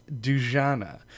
Dujana